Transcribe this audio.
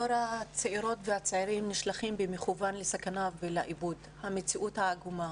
דור הצעירות והצעירים נשלח במכוון לסכנה ולאיבוד במציאות העגומה,